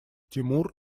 тимур